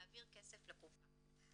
להעביר כסף לקופה.